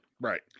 Right